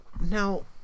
Now